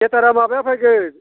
थियेटारा माबाया फैगोन